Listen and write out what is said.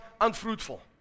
unfruitful